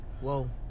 Whoa